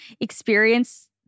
experience